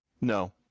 No